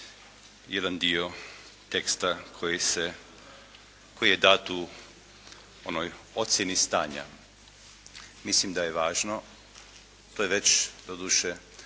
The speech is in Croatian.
jedan dio teksta koji je dat u onoj ocjeni stanja. Mislim da je važno, to je već doduše